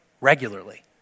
regularly